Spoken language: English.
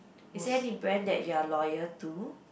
is there any brand that you are loyal to